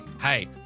Hey